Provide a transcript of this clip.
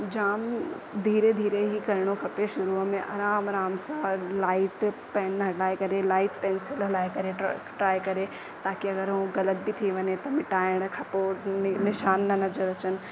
जाम धीरे धीरे ई करिणो खपे शुरूअ में आराम आराम सां लाइट पैन हटाए करे लाइट पैंसिल हलाए करे हटाए करे ताकि अगरि उहो ग़लति बि थी वञे त मिटाइण खां पोइ निशान न नज़र अचनि